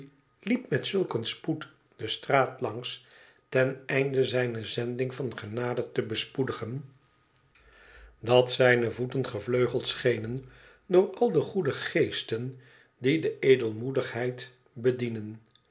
liep met zulk een spoed de straat iangs ten einde zijne zending van genade te bespoedigen gevleugeld schenen door al de goede geesten die de ëdelmoedbeid bedienen